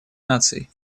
наций